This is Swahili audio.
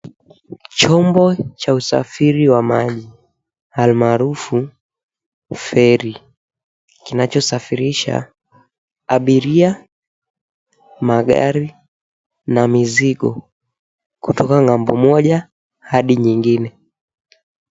Chombo cha usafiri wa maji, almarufu ferry kinachosafirisha abiria, magari na mizigo kutoka ng'ambo moja hadi nyingine.